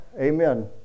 Amen